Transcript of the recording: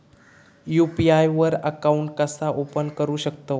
UPI वर account कसा open करू शकतव?